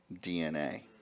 DNA